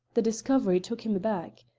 the discovery took him aback.